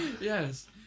Yes